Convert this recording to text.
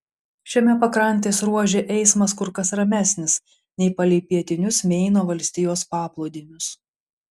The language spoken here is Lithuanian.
šiame pakrantės ruože eismas kur kas ramesnis nei palei pietinius meino valstijos paplūdimius